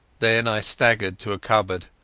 then i staggered to a cupboard,